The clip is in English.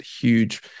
huge